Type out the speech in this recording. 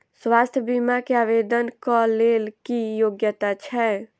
स्वास्थ्य बीमा केँ आवेदन कऽ लेल की योग्यता छै?